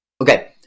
okay